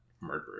Murderer